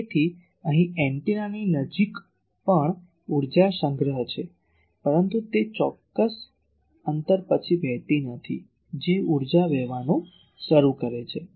તેથી અહીં એન્ટેનાની નજીક પણ ઊર્જા સંગ્રહ છે પરંતુ તે ઊર્જા ચોક્કસ અંતર પછી વહેતી નથી જે ઊર્જા વહેવાનું શરૂ કરે છે